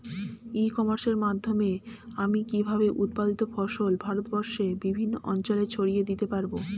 ই কমার্সের মাধ্যমে আমি কিভাবে উৎপাদিত ফসল ভারতবর্ষে বিভিন্ন অঞ্চলে ছড়িয়ে দিতে পারো?